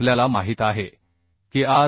आपल्याला माहित आहे की आर